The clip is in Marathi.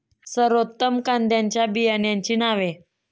सर्वोत्तम कांद्यांच्या बियाण्यांची नावे?